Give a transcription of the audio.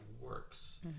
works